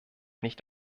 nicht